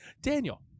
Daniel